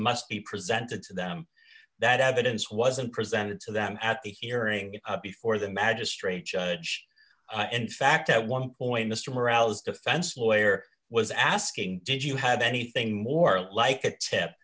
must be presented to them that evidence wasn't presented to them at the hearing before the magistrate judge in fact at one point mr morales defense lawyer was asking did you have anything more like a tip